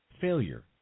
failure